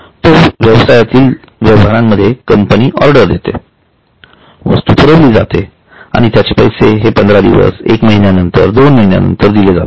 दोन व्यवसायातील व्यवहारामध्ये कंपनी ऑर्डर देते वस्तू पुरविली जाते आणि त्याचे पैसे हे 15 दिवस 1 महिन्यानंतर 2 महिन्यांच्या नंतर दिले जातात